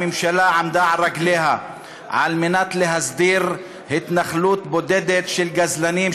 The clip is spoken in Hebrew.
הממשלה עמדה על רגליה על מנת להסדיר התנחלות בודדת של גזלנים,